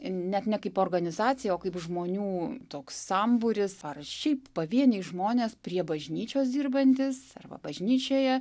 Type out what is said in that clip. net ne kaip organizacija o kaip žmonių toks sambūris ar šiaip pavieniai žmonės prie bažnyčios dirbantys arba bažnyčioje